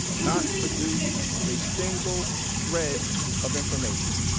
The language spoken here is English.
not produce a single shred of information.